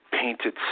painted